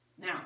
Now